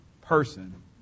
person